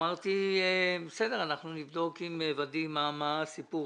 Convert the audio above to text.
אמרתי שאנחנו נבדוק עם ודים מה הסיפור